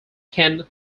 ken